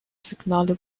signale